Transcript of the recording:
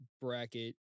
bracket